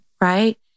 right